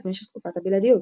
למשך תקופת הבלעדיות.